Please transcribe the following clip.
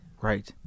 Right